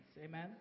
Amen